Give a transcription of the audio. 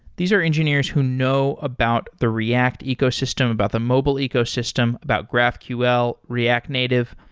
these are engineers who know about the react ecosystem, about the mobile ecosystem, about graphql, react native.